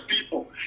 people